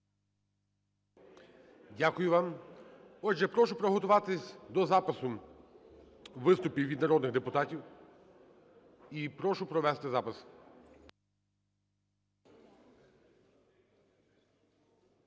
Дякую вам. Отже, прошу приготуватись до запису виступів від народних депутатів. І прошу провести запис.